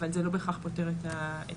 אבל זה לא בהכרח פותר את הבעיה.